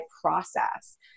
process